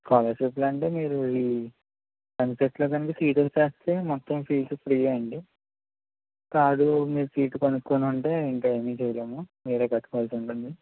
స్కాలర్షిప్లంటే మీరు ఎంసెట్ లో గనక సీట్ వచ్చేస్తే మీరు మొత్తం ఫీజు ఫ్రీ అండి కాదు మీరు సీట్ కొనుక్కోవాలంటే ఇంకా ఏమి చేయలేము మీరే కట్టుకోవాల్సి ఉంటుంది